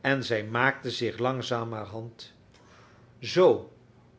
en zij maakte zich langzamerhand zoo